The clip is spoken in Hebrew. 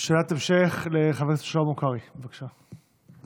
שאלת המשך לחבר הכנסת שלמה קרעי, בבקשה.